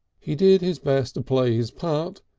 he did his best to play his part,